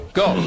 go